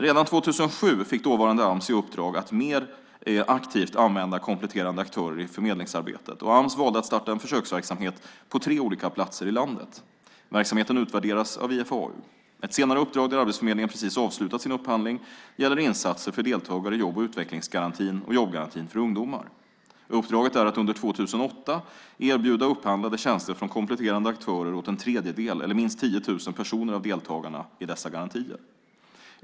Redan 2007 fick dåvarande Ams i uppdrag att mer aktivt använda kompletterande aktörer i förmedlingsarbetet, och Ams valde att starta en försöksverksamhet på tre olika platser i landet. Verksamheten utvärderas av IFAU. Ett senare uppdrag, där Arbetsförmedlingen precis avslutat sin upphandling, gäller insatser för deltagare i jobb och utvecklingsgarantin och jobbgarantin för ungdomar. Uppdraget är att under 2008 erbjuda upphandlade tjänster från kompletterande aktörer åt en tredjedel eller minst 10 000 personer av deltagarna i dessa garantier.